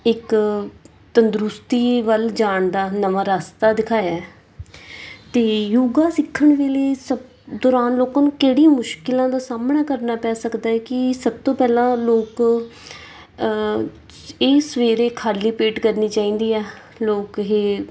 ਇੱਕ ਤੰਦਰੁਸਤੀ ਵੱਲ ਜਾਣ ਦਾ ਨਵਾਂ ਰਸਤਾ ਦਿਖਾਇਆ ਅਤੇ ਯੋਗਾ ਸਿੱਖਣ ਵੇਲੇ ਸਭ ਦੌਰਾਨ ਲੋਕਾਂ ਨੂੰ ਕਿਹੜੀ ਮੁਸ਼ਕਿਲਾਂ ਦਾ ਸਾਹਮਣਾ ਕਰਨਾ ਪੈ ਸਕਦਾ ਹੈ ਕਿ ਸਭ ਤੋਂ ਪਹਿਲਾਂ ਲੋਕ ਸ ਇਹ ਸਵੇਰੇ ਖਾਲ੍ਹੀ ਪੇਟ ਕਰਨੀ ਚਾਹੀਦੀ ਆ ਲੋਕ ਇਹ